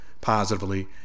positively